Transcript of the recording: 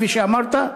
כפי שאמרת,